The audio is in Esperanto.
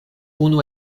unu